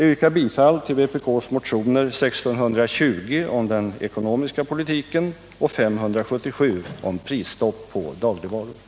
Jag yrkar bifall till vpk:s motioner 1620 om den ekonomiska politiken och 577 om prisstopp på dagligvaror.